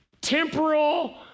temporal